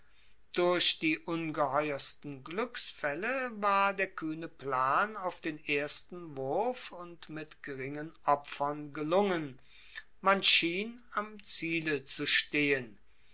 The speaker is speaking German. durch die ungeheuersten gluecksfaelle war der kuehne plan auf den ersten wurf und mit geringen opfern gelungen man schien am ziele zu stehen